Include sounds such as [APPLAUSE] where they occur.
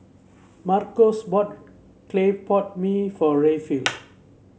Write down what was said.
Marcos bought Clay Pot Mee for Rayfield [NOISE]